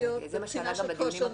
רלוונטיות מבחינה של כושר נהיגה.